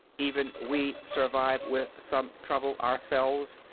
even we survive with some trouble, ourselves.